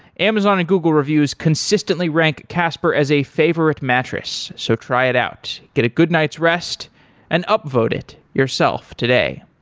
amazon and google reviews consistently rank casper as a favorite mattress, so try it out. get a good night's rest and up-vote it yourself today.